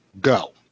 Go